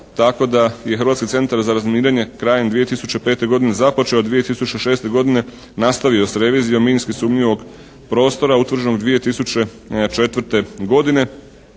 tako da je Hrvatski centar za razminiranje krajem 2005. godine započeo 2006. godine nastavio sa revizijom minski sumnjivog prostora utvrđenog 2004. godine.